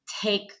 take